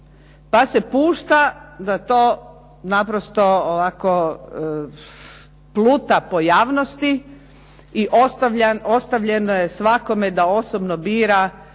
pa se pušta da to naprosto ovako pluta po javnosti i ostavljeno je svakome da osobno bira